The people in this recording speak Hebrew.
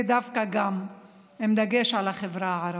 ודווקא גם עם דגש על החברה הערבית.